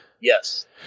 Yes